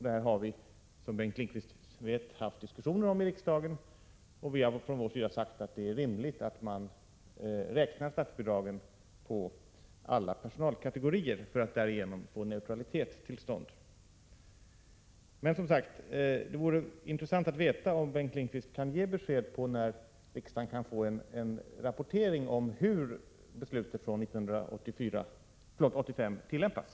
Detta har det, som Bengt Lindqvist vet, förts diskussioner om i riksdagen, och vi har från vår sida sagt att det är rimligt att beräkna statsbidrag på alla personalkategorier för att därigenom få neutralitet till stånd. Som sagt: Det vore intressant att veta om Bengt Lindqvist kan ge besked om när riksdagen kan få en rapportering om hur beslutet från 1985 tillämpas.